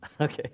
Okay